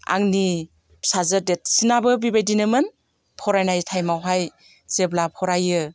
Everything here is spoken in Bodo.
आंनि फिसाजो देरसिनाबो बिबायदिनोमोन फरायनाय टाइमावहाय जेब्ला फरायो